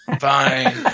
Fine